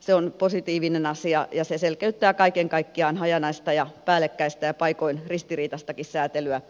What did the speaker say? se on positiivinen asia ja se selkeyttää kaiken kaikkiaan hajanaista ja päällekkäistä ja paikoin ristiriitaistakin säätelyä